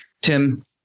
Tim